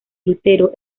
lutero